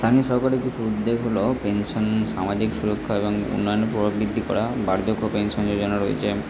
স্থানীয় সরকারি কিছু উদ্যোগ হলো পেনশন সামাজিক সুরক্ষা এবং প্রভাব বৃদ্ধি করা বার্ধক্য পেনশন যোজনা রয়েছে